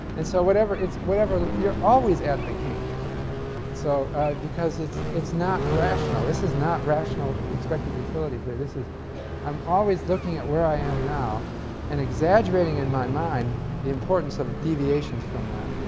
and so whatever it's whatever you're always at the kink so because it's it's not rational this is not rational expected utility theory. this is i'm always looking at where i am now and exaggerating in my mind the importance of deviations from that.